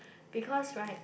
because right